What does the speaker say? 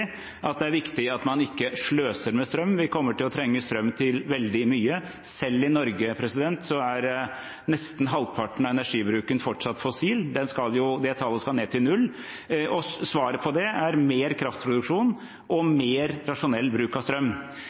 at det er viktig at man ikke sløser med strøm. Vi kommer til å trenge strøm til veldig mye. Selv i Norge er nesten halvparten av energibruken fortsatt fossil. Det tallet skal ned til null. Svaret på det er mer kraftproduksjon og mer rasjonell bruk av strøm.